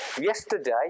yesterday